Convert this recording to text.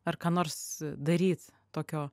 ar ką nors daryt tokio